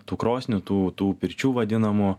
tų krosnių tų tų pirčių vadinamų